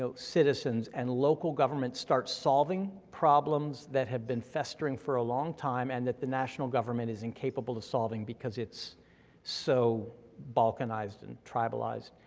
so citizens, and local government starts solving problems that have been festering for a long time, and that the national government is incapable of solving, because it's so balkanized and tribalized.